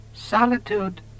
Solitude